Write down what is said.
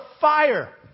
fire